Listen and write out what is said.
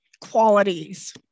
qualities